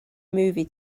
movie